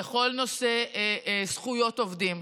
בכל נושא של זכויות עובדים,